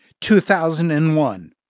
2001